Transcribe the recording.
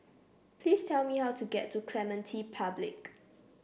please tell me how to get to Clementi Public